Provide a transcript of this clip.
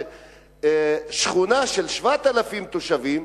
שכונה של 7,000 תושבים,